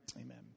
Amen